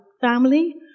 family